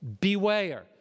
Beware